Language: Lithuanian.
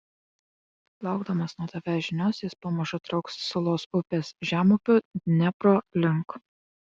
laukdamas nuo tavęs žinios jis pamažu trauks sulos upės žemupiu dniepro link